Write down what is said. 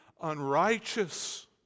unrighteous